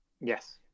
Yes